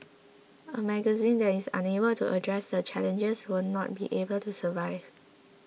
a magazine that is unable to address the challenges will not be able to survive